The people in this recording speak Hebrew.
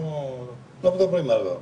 לא מדברים עליו,